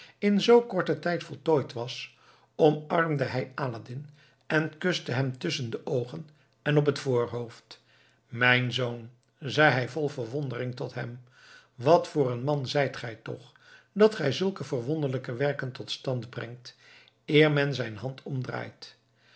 in zoo korten tijd voltooid was omarmde hij aladdin en kuste hem tusschen de oogen en op het voorhoofd mijn zoon zei hij vol verwondering tot hem wat voor een man zijt gij toch dat gij zulke verwonderlijke werken tot stand brengt eer men zijn hand omdraait